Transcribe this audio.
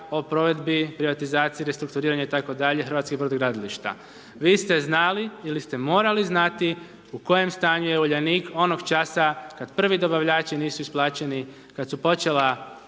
o provedbi privatizacije, restrukturiranju itd. hrvatskih brodogradilišta. Vi ste znali ili ste morali znati u kojem stanju je Uljanik onog časa kad prvi dobavljači nisu isplaćeni, kad su počeli